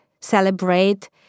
celebrate